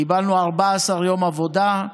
קיבלנו 14 יום עבודה.